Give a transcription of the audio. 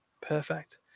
perfect